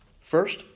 First